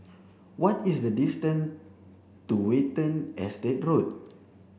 what is the distance to Watten Estate Road